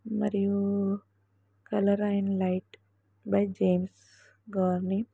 మరియు colour and light by James Gurney